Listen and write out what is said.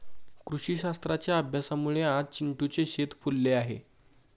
कृषीशास्त्राच्या अभ्यासामुळे आज चिंटूचे शेत फुलले आहे